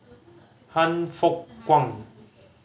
Han Fook Kwang